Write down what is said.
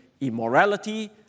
immorality